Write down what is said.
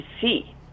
see